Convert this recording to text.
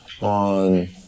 on